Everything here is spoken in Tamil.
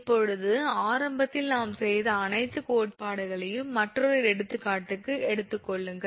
இப்போது ஆரம்பத்தில் நாம் செய்த அனைத்து கோட்பாடுகளையும் மற்றொரு எடுத்துக்காட்டுக்கு எடுத்துக் கொள்ளுங்கள்